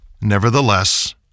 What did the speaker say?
Nevertheless